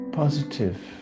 positive